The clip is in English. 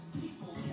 People